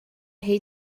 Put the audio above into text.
hate